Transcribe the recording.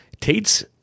Tate's